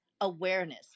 awareness